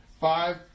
five